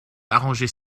arranger